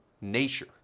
nature